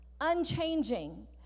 unchanging